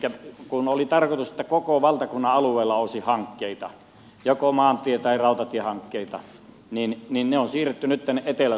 elikkä kun oli tarkoitus että koko valtakunnan alueella olisi hankkeita joko maantie tai rautatiehankkeita niin ne on siirretty nyt tänne etelä suomeen